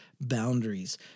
boundaries